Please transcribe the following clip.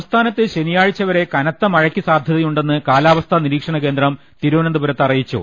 സംസ്ഥാനത്ത് ശനിയാഴ്ചവരെ കനത്ത മഴക്ക് സാധൃ തയുണ്ടെന്ന് കാലാവസ്ഥാ നിരീക്ഷണ കേന്ദ്രം തിരുവന ന്തപുരത്ത് അറിയിച്ചു